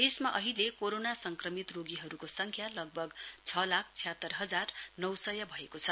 देशमा अहिले कोरोना संक्रमित रोगीहरूको संख्या लगभग छ लाख छ्यात्रर हाजर नौ सय भएको छ